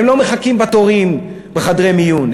הם לא מחכים בתור בחדרי מיון,